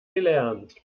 gelernt